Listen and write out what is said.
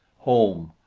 home!